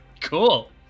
cool